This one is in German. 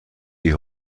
die